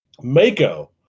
Mako